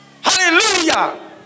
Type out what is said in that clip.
Hallelujah